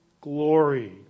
glory